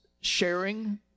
sharing